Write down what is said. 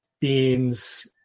Beans